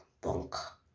bunk